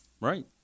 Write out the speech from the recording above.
Right